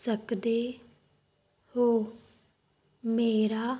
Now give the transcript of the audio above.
ਸਕਦੇ ਹੋ ਮੇਰਾ